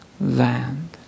land